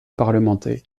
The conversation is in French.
parlementer